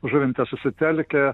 žuvinte susitelkę